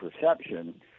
perception